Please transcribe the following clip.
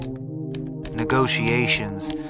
Negotiations